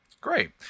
Great